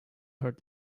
heard